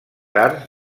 arts